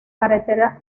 carretera